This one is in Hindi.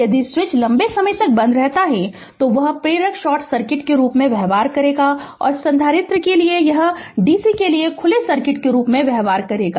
यदि स्विच लंबे समय तक बंद रहता है तो वह प्रेरक शॉर्ट सर्किट के रूप में व्यवहार करेगा और संधारित्र के लिए यह DC के लिए खुले सर्किट के रूप में व्यवहार करेगा